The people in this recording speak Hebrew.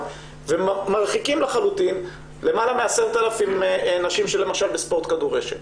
ומרחיקים לחלוטין למעלה מ-10,000 נשים למשל בספורט כדורשת,